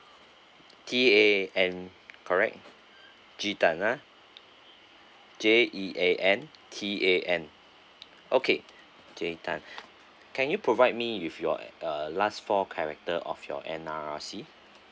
T A N correct jean tan ah J E A N T A N okay jean tan can you provide me with your uh last four character of your N_R_I_C